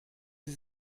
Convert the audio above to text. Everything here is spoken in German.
sie